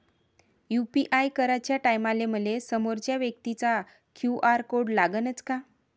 UPI कराच्या टायमाले मले समोरच्या व्यक्तीचा क्यू.आर कोड लागनच का?